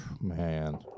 Man